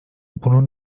bunun